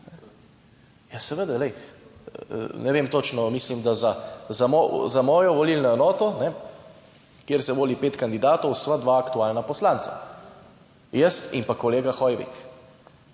Ja, seveda, glej, ne vem točno, mislim, da za mojo volilno enoto, kjer se voli pet kandidatov, sva dva aktualna poslanca, jaz in pa kolega Hoivik.